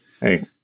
Hey